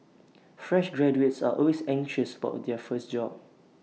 fresh graduates are always anxious about their first job